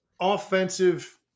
offensive